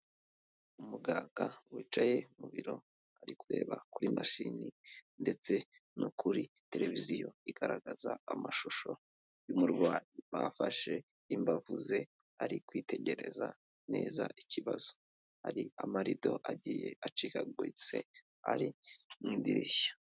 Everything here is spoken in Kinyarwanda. Umuganga wicaye mu biro ari kureba kuri mashini ndetse no kuri televiziyo igaragaza amashusho y'umurwayi bafashe imbavu ze ari kwitegereza neza ikibazo, hari amarido agiye acikaguritse ari mu idirishya.